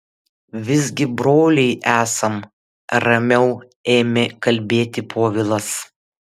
visgi broliai esam ramiau ėmė kalbėti povilas